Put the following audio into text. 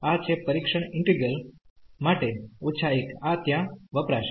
આ છે પરીક્ષણ ઈન્ટિગ્રલમાટે -I આ ત્યાં વપરાશે